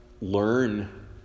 learn